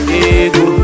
ego